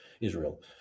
Israel